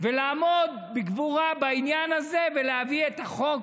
ולעמוד בגבורה בעניין הזה ולהביא את החוק